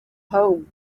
home